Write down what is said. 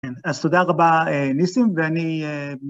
אז תודה רבה ניסים ואני